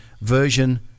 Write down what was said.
version